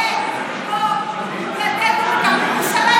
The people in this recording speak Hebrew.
אורית סטרוק, נא לשבת.